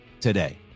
Today